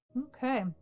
Okay